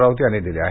राऊत यांनी दिले आहेत